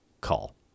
call